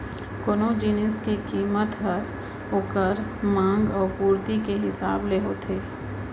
कोनो जिनिस के कीमत हर ओकर मांग अउ पुरती के हिसाब ले होथे